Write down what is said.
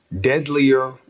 deadlier